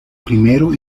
primero